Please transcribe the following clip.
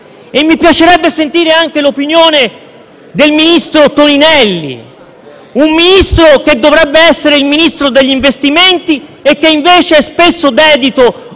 Mi piacerebbe sentire anche l'opinione del ministro Toninelli, che dovrebbe essere il Ministro degli investimenti e invece spesso è dedito